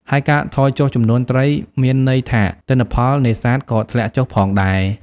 ហើយការថយចុះចំនួនត្រីមានន័យថាទិន្នផលនេសាទក៏ធ្លាក់ចុះផងដែរ។